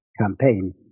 campaign